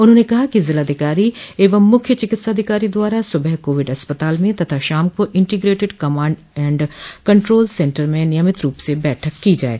उन्होंने कहा कि जिलाधिकारी एवं मुख्य चिकित्साधिकारो द्वारा सुबह कोविड अस्पताल में तथा शाम को integrated command and control centre में नियमित रूप से बैठक की जाये